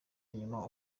inyuma